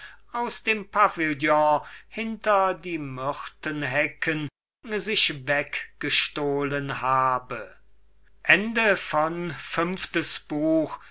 aus dem pavillion hinter die myrtenhecken sich weggestohlen habe